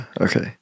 okay